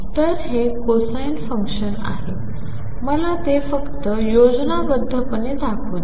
तर हे cosine function आहे मला ते फक्त योजनाबद्धपणे दाखवू द्या